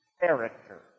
character